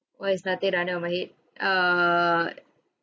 why is nothing running on my head err